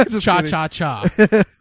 cha-cha-cha